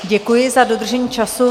Děkuji za dodržení času.